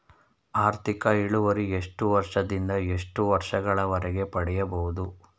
ಆರ್ಥಿಕ ಇಳುವರಿ ಎಷ್ಟು ವರ್ಷ ದಿಂದ ಎಷ್ಟು ವರ್ಷ ಗಳವರೆಗೆ ಪಡೆಯಬಹುದು?